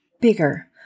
bigger